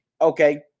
Okay